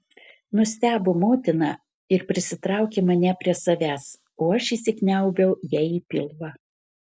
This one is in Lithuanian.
nustebo motina ir prisitraukė mane prie savęs o aš įsikniaubiau jai į pilvą